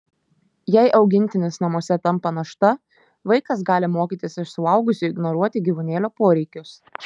jei augintinis namuose tampa našta vaikas gali mokytis iš suaugusių ignoruoti gyvūnėlio poreikius